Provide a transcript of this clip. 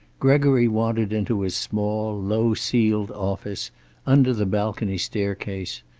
gregory wandered into his small, low-ceiled office under the balcony staircase,